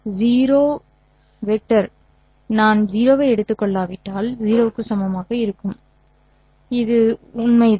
0v நான் 0 ஐ எடுத்துக் கொள்ளாவிட்டால் 0 க்கு சமமாக இருக்கும் வரை இது உண்மைதான்